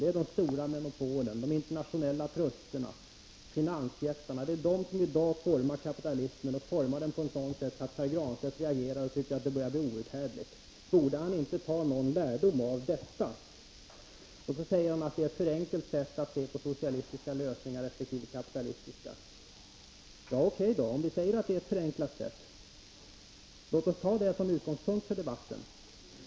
Det är de stora: monopolen, de internationella trusterna och finansjättarna som formar kapitalismen och det kapitalistiska samhället — och gör det på ett sådant sätt: att Pär Granstedt reagerar och tycker att det börjar bli outhärdligt. Borde han inte ta någon lärdom av detta? Sedan säger han att det är ett förenklat sätt att se på det hela att tala om socialistiska lösningar resp. kapitalistiska. O.K. då — låt oss säga att det är ett förenklat sätt att se på det. Låt oss ta det till utgångspunkt för debatten!